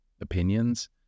opinions